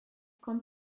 kommt